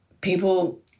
people